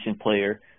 player